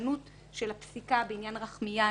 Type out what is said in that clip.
הפרשנות של הפסיקה בעניין רחמיאן